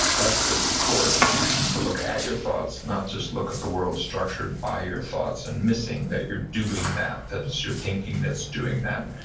that's the core diffusion, to look at your thoughts, not just look at the world structured by your thoughts and missing that you're doing that. that is your thinking that's doing that.